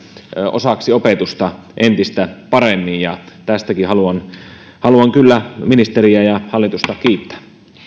osaksi opetusta entistä paremmin ja tästäkin haluan haluan kyllä ministeriä ja hallitusta kiittää